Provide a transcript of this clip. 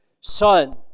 Son